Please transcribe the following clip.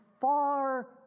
far